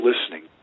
listening